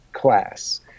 class